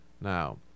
Now